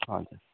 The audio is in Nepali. हजुर